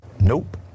Nope